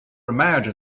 imagined